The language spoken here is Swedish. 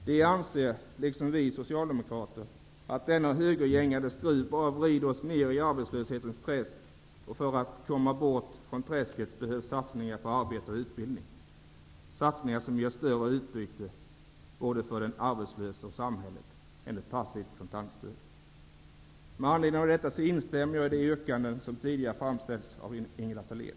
De anser liksom vi socialdemokrater att denna högergängade skruv bara vrider oss ner i arbetslöshetens träsk och att det för att vi skall upp ur träsket behövs satsningar på arbete och utbildning, satsningar som ger större utbyte både för den arbetslöse och för samhället än ett passivt kontantstöd. Av denna anledning instämmer jag i de yrkanden som tidigare framställts av Ingela Thalén.